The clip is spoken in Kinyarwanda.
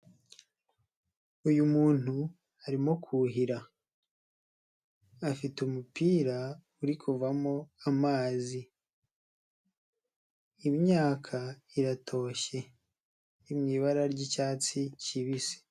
Uyu muntu arimo kuhira. Afite umupira uri kuvamo amazi. Imyaka iratoshye, ni mu ibara ry'icyatsi kibisi.